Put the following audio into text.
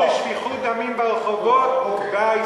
היא תגרום לשפיכות דמים ברחובות, תודה.